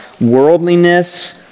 worldliness